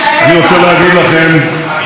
חוק גזעני, חוק גזעני.